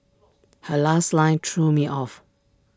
her last line threw me off